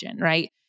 right